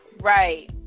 Right